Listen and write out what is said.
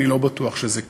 אני לא בטוח שזה כך.